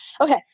okay